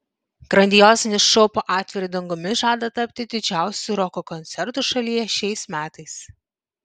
grandiozinis šou po atviru dangumi žada tapti didžiausiu roko koncertu šalyje šiais metais